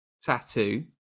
tattoo